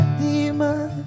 demon